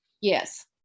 Yes